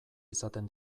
izaten